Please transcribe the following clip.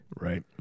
Right